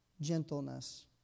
gentleness